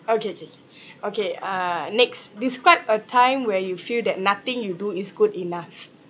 okay okay okay okay uh next describe a time where you feel that nothing you do is good enough